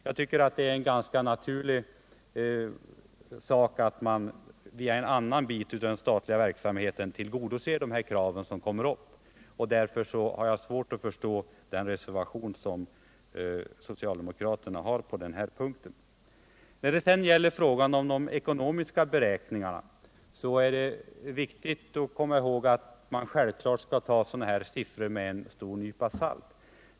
Jag tycker det är en ganska naturlig sak att man via en annan bit av den statliga verksamheten tillgodoser de krav som kommer upp. Därför har jag svårt att förstå den reservation som socialdemokraterna har på den här punkten. När det gäller de ekonomiska beräkningarna är det viktigt att komma ihåg att man bör ta sådana här siffror med en stor nypa salt.